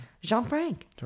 Jean-Frank